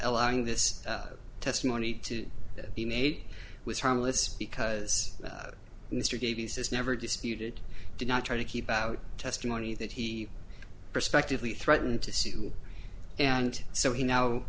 allowing this testimony to be made was harmless because mr davies has never disputed did not try to keep out testimony that he perspectively threatened to sue and so he now